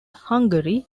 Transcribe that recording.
hungary